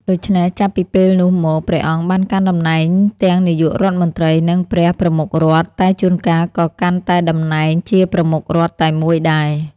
ដូច្នេះ ចាប់ពីពេលនោះមក ព្រះអង្គបានកាន់តំណែងទាំងនាយករដ្ឋមន្ត្រី និងព្រះប្រមុខរដ្ឋ តែជួនកាលក៏កាន់តែតំណែងជាប្រមុខរដ្ឋតែមួយដែរ។